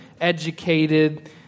educated